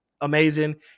amazing